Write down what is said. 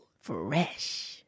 Fresh